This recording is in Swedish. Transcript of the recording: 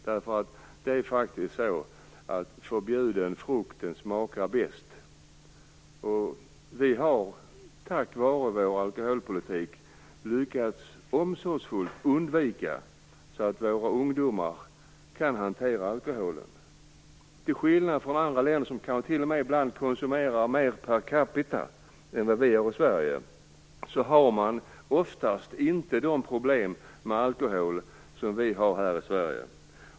Det är faktiskt så att förbjuden frukt smakar bäst. Vi har på grund av vår alkoholpolitik omsorgsfullt lyckats undvika att våra ungdomar kan hantera alkoholen till skillnad från i andra länder. Trots att man där kan konsumera mer per capita än vad vi gör i Sverige, har man oftast inte de problem med alkoholen som vi har här i Sverige.